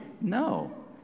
No